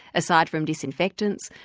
aside from disinfectants,